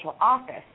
Office